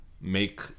make